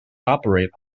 operate